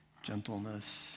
gentleness